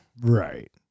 Right